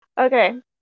okay